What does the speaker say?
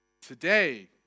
today